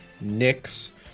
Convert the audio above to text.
Knicks